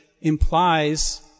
implies